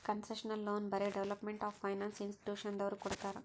concessional loan ಬರೇ development of finance ಇನ್ಸ್ಟಿಟ್ಯೂಷನದವ್ರು ಕೊಡ್ತಾರ್